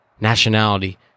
nationality